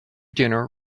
dinner